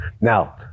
now